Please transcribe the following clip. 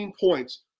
points